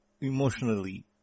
emotionally